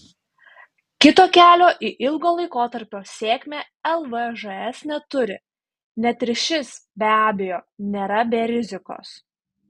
kito kelio į ilgo laikotarpio sėkmę lvžs neturi net ir šis be abejo nėra be rizikos